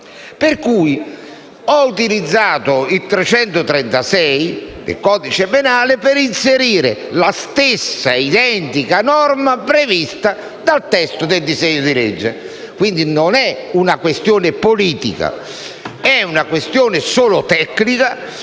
Pertanto, ho utilizzato l'articolo 336 del codice penale per inserire la stessa identica norma prevista dal testo del disegno di legge. Non è una questione politica, ma una questione solo tecnica